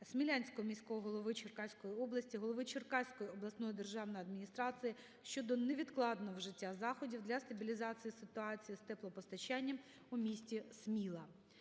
Смілянського міського голови Черкаської області, Голови Черкаської обласної державної адміністрації щодо невідкладного вжиття заходів для стабілізації ситуації з теплопостачанням у місті Сміла.